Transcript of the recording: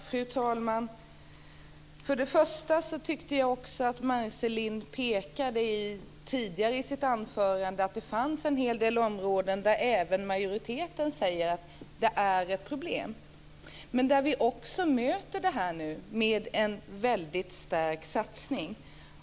Fru talman! Till att börja med pekade Ragnwi Marcelind i sitt anförande på att det fanns en hel del områden där även majoriteten säger att det finns problem. Vi möter nu dessa problem med en väldigt stark satsning.